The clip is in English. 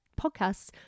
podcasts